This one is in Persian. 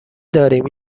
داریم